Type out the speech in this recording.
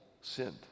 sinned